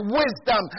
wisdom